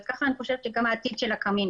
אז כך אני חושבת שגם העתיד של הקמינים.